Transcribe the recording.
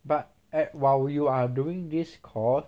but at while you are doing this called